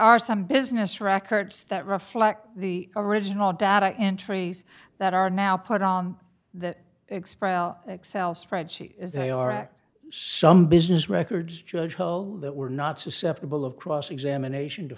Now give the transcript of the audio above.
are some business records that reflect the original data entry that are now put on the express excel spreadsheet is they are act some business records whole that were not susceptible of cross examination to